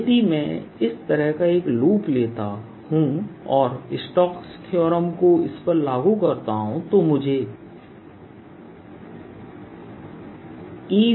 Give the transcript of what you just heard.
यदि मैं इस तरह का एक लूप लेता हूं और स्टोक्स थ्योरमStokes Theorem को इस पर लागू करता हूं तो मुझे E1